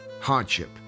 hardship